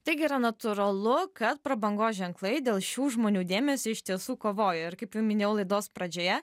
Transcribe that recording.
taigi yra natūralu kad prabangos ženklai dėl šių žmonių dėmesio iš tiesų kovoja ir kaip jau minėjau laidos pradžioje